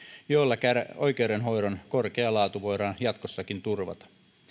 joilla oikeudenhoidon korkea laatu voidaan jatkossakin turvata